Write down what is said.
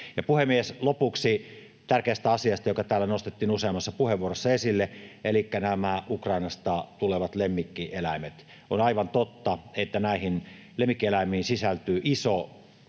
puhemies, lopuksi tärkeästä asiasta, joka täällä nostettiin useammassa puheenvuorossa esille, elikkä nämä Ukrainasta tulevat lemmikkieläimet: On aivan totta, että näihin lemmikkieläimiin sisältyy iso